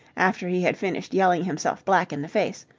after he had finished yelling himself black in the face,